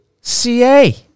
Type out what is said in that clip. ca